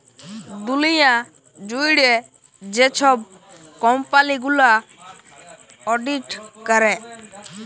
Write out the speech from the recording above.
দুঁলিয়া জুইড়ে যে ছব কম্পালি গুলা অডিট ক্যরে